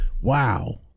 wow